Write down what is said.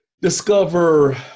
discover